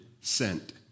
sent